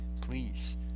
Please